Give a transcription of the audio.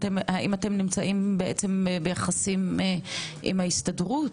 האם אתם ביחסים עם ההסתדרות,